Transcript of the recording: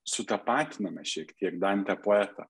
sutapatiname šiek tiek dantę poetą